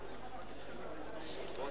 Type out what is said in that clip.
ליישום התוכנית הכלכלית לשנים 2009 ו-2010)